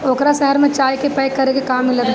ओकरा शहर में चाय के पैक करे के काम मिलत बा